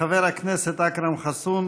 חבר הכנסת אכרם חסון,